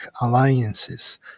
alliances